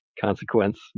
consequence